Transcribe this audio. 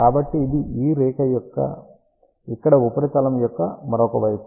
కాబట్టి ఇది ఈ రేఖ ఇక్కడ ఉపరితలం యొక్క మరొక వైపు